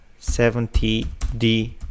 70D